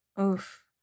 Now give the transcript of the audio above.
Oof